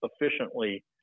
efficiently